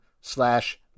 slash